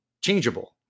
changeable